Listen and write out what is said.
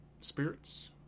spirits